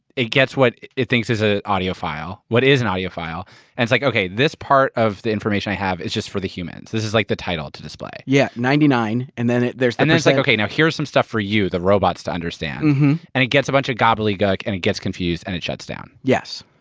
it gets what it thinks is a audio file, what is an audio file. and it's like, okay this part of the information i have is just for the humans. this is like the title to display. yeah ninety nine, and then it-there's the percent and then it's like, okay now here is some stuff for you, the robots, to understand. mhm and it gets a bunch of gobbly gook and it gets confused and it shuts down. yes.